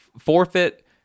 forfeit